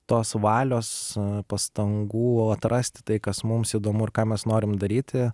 tos valios pastangų atrasti tai kas mums įdomu ir ką mes norim daryti